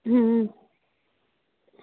अं